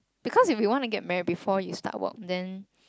because if you wanna get married before you start work then